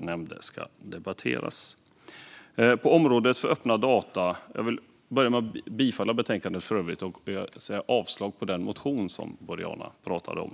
nämnde tidigare. Jag vill börja med att yrka bifall till förslaget och avslag på den motion som Boriana pratade om.